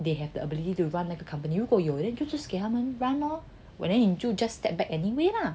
they have the ability to run the company 如果有 then 你就给他们 run lor but then 你就 step back anyway lah